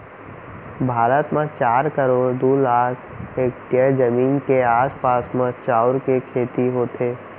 भारत म चार करोड़ दू लाख हेक्टेयर जमीन के आसपास म चाँउर के खेती होथे